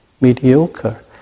mediocre